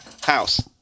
house